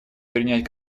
принять